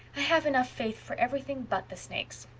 i have enough faith for everything but the snakes.